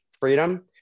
freedom